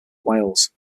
wales